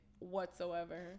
whatsoever